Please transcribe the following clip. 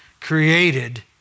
created